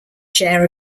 share